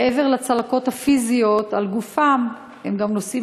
מעבר לצלקות הפיזיות על גופם הם גם נושאים